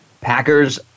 Packers